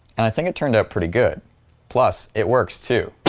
and i think it turned out pretty good plus it works too!